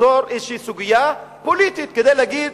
ליצור איזושהי סוגיה פוליטית, כדי להגיד